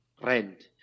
rent